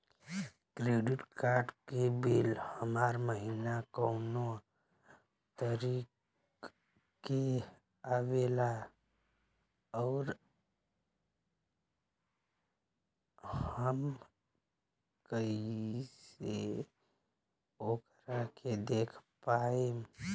Credit card के bill हर महीना कौना तारीक के आवेला और आउर हम कइसे ओकरा के देख पाएम?